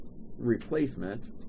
replacement